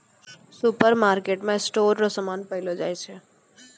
सुपरमार्केटमे स्टोर रो समान पैलो जाय छै